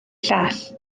llall